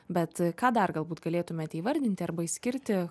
bet ką dar galbūt galėtumėte įvardinti arba išskirti